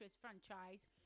franchise